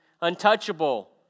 untouchable